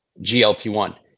glp1